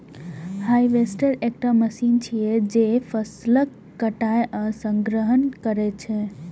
harvester एकटा machine छियै, जे फसलक कटाइ आ संग्रहण करै छै